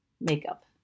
makeup